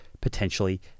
potentially